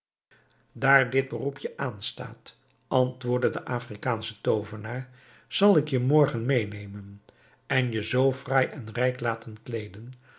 daar dit beroep je aanstaat antwoordde de afrikaansche toovenaar zal ik je morgen meenemen en je zoo fraai en rijk laten kleeden